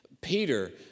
Peter